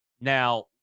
Now